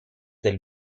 del